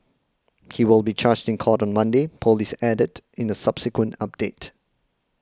he will be charged in court on Monday police added in a subsequent update